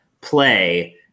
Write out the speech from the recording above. play